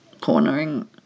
cornering